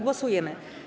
Głosujemy.